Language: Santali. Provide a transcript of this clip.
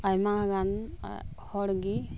ᱟᱭᱢᱟ ᱜᱟᱱ ᱦᱚᱲ ᱜᱮ